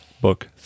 book